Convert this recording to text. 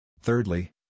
Thirdly